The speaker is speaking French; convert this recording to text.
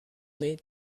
nez